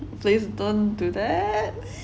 please don't do that